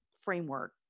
framework